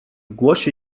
głosie